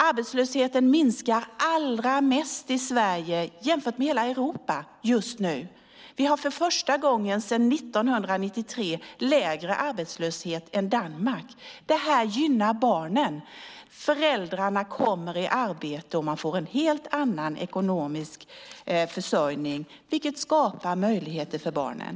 Arbetslösheten minskar just nu mer i Sverige än i andra länder i Europa. För första gången sedan 1993 har vi lägre arbetslöshet än Danmark. Det gynnar barnen. Föräldrarna kommer i arbete och man får en helt annan ekonomi, vilket skapar möjligheter för barnen.